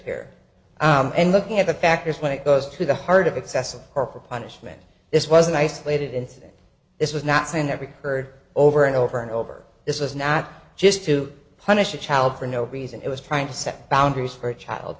here and looking at the factors when it goes to the heart of excessive corporal punishment this was an isolated incident this was not saying every heard over and over and over this is not just to punish a child for no reason it was trying to set boundaries for a child